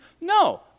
No